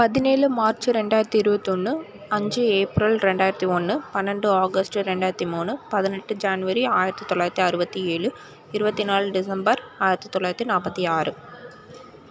பதினேழு மார்ச் ரெண்டாயிரத்து இருபத்து ஒன்று அஞ்சு ஏப்ரல் ரெண்டாயிரத்து ஒன்று பன்னெண்டு ஆகஸ்ட் ரெண்டாயிரத்து மூணு பதினெட்டு ஜன்வரி ஆயிரத்து தொள்ளாயிரத்தி அறுபத்து ஏழு இருபத்தி நாலு டிசம்பர் ஆயிரத்து தொள்ளாயிரத்தி நாற்பத்தி ஆறு